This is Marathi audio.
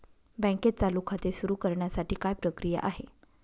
बँकेत चालू खाते सुरु करण्यासाठी काय प्रक्रिया आहे?